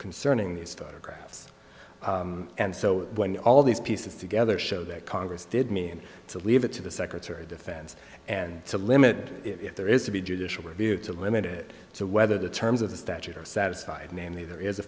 concerning these two graphs and so when all these pieces together show that congress did mean to leave it to the secretary defense and to limit if there is to be judicial review to limit it to whether the terms of the statute are satisfied namely there is a